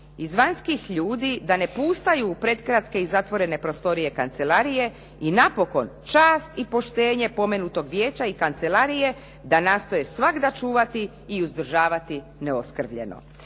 Iz vanjskih ljudi da ne pustaju u pretkratke i zatvorene prostorije i napokon čast i poštenje pomenutog vijeća i kancelarije da nastoje svagda čuvati i uzdržavati neoskrvljeno.".